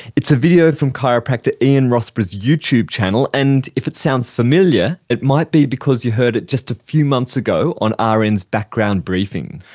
it's a video from chiropractor ian rossborough's youtube channel, and if it sounds familiar it might be because you heard it just a few months ago on ah rn's background briefing.